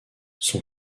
son